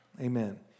Amen